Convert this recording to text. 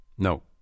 No